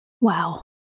Wow